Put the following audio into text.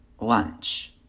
lunch